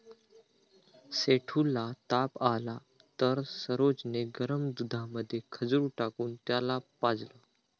सेठू ला ताप आला तर सरोज ने गरम दुधामध्ये खजूर टाकून त्याला पाजलं